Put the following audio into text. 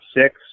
six